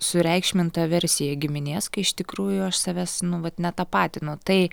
sureikšminta versija giminės kai iš tikrųjų aš savęs nu vat netapatinu tai